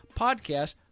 podcast